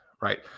right